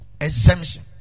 exemption